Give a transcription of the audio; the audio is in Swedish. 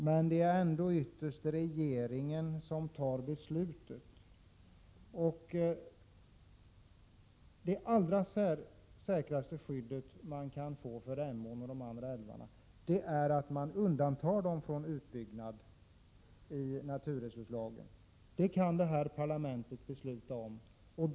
Men det är ändå ytterst regeringen som fattar beslutet. Det allra säkraste skyddet för Emån och de andra älvarna skulle man få om man undantog dem från utbyggnad genom att ta in dem i naturresurslagen. Det kan detta parlament besluta om.